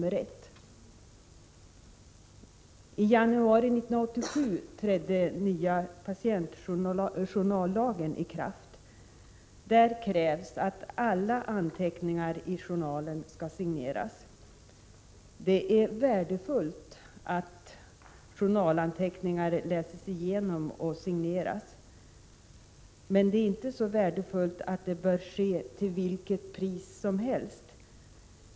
I januari 1986 trädde nya patientjournallagen i kraft. Där krävs att alla anteckningar i journalen skall signeras. Det är värdefullt att journalanteckningar läses igenom och signeras men det är inte så värdefullt att det bör ske till vilket pris som helst.